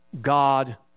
God